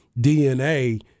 DNA